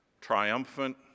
triumphant